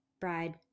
bride